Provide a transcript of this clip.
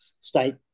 state